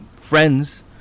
friends